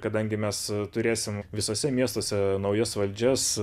kadangi mes turėsim visuose miestuose naujas valdžias